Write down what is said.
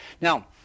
Now